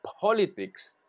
politics